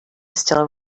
still